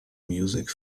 music